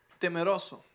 temeroso